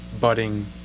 budding